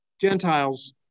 gentiles